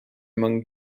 among